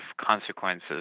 consequences